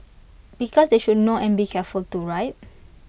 because they should know and be careful too right